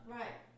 right